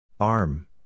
Arm